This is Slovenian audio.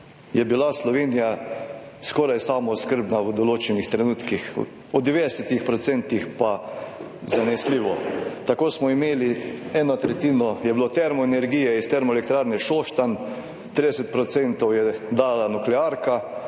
je bila Slovenija skoraj samooskrbna v določenih trenutkih, v 90 % pa zanesljivo. Tako je bilo termo energije iz Termoelektrarne Šoštanj, 30 % je dala nuklearka,